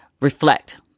reflect